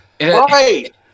right